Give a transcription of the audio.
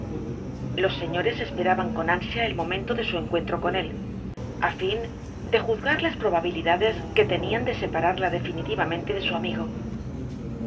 los señores esperaban con ansia el momento de su encuentro con él a fin de juzgar las probabilidades que tenían de separarla definitivamente de su amigo